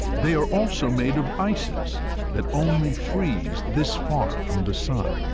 they are also made of ices that only freeze this far from the sun.